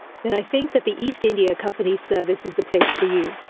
then i think that the east india company's service is the place for you.